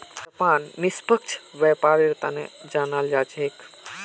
Japan निष्पक्ष व्यापारेर तने जानाल जा छेक